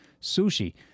sushi